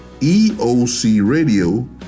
EOCRadio